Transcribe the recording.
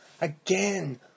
Again